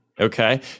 Okay